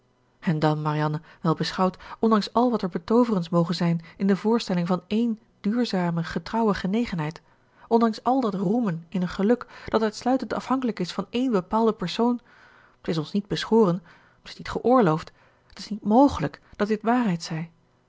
en dan marianne wel beschouwd ondanks al wat er betooverends moge zijn in de voorstelling van ééne duurzame getrouwe genegenheid ondanks al dat roemen in een geluk dat uitsluitend afhankelijk is van één bepaalden persoon het is ons niet beschoren het is niet geoorloofd het is niet mogelijk dat dit waarheid zij